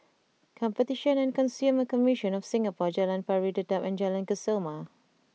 Competition and Consumer Commission of Singapore Jalan Pari Dedap and Jalan Kesoma